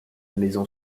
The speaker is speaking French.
maison